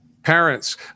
parents